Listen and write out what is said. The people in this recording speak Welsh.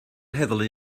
heddlu